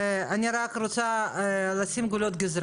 לא הוכנסנו לשם.